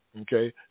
okay